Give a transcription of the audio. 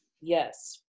yes